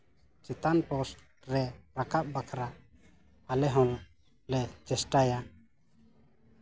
ᱪᱮᱛᱟᱱ ᱯᱳᱥᱴ ᱨᱮ ᱨᱟᱠᱟᱵ ᱵᱟᱠᱷᱨᱟ ᱟᱞᱮ ᱦᱚᱸᱞᱮ ᱪᱮᱥᱴᱟᱭᱟ